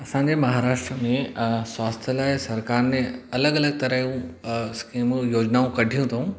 असांजे महाराष्ट्र में स्वास्थ्य लाइ सरकार ने अलॻि अलॻि तरहियूं स्कीमूं योजनाऊं कढियूं अथऊं